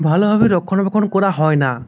ভালোভাবে রক্ষণাবেক্ষণ করা হয় না